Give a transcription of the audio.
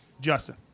Justin